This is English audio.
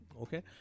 okay